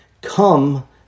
come